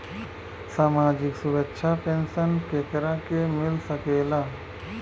सामाजिक सुरक्षा पेंसन केकरा के मिल सकेला?